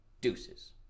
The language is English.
deuces